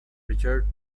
richard